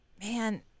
man